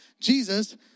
Jesus